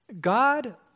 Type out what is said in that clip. God